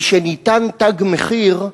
משניתן תג מחיר,